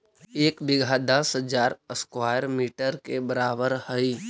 एक बीघा दस हजार स्क्वायर मीटर के बराबर हई